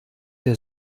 der